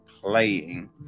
playing